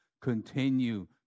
Continue